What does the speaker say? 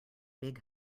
big